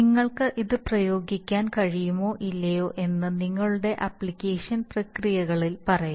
നിങ്ങൾക്ക് ഇത് പ്രയോഗിക്കാൻ കഴിയുമോ ഇല്ലയോ എന്ന് നിങ്ങളുടെ അപ്ലിക്കേഷൻ പ്രക്രിയകളിൽ പറയാം